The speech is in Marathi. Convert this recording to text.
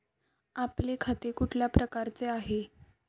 आपले खाते कुठल्या प्रकारचे आहे?